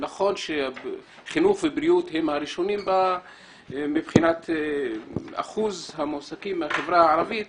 נכון שחינוך ובריאות הם הראשונים מבחינת אחוז המועסקים מהחברה הערבית,